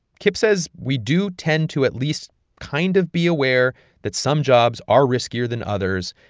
kip says we do tend to at least kind of be aware that some jobs are riskier than others,